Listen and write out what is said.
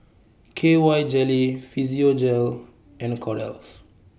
K Y Jelly Physiogel and Kordel's